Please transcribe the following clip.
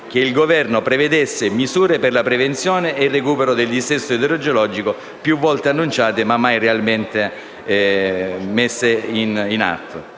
che il Governo prevedesse misure per la prevenzione e il recupero del dissesto idrogeologico, più volte annunciate, ma mai realmente messe in atto.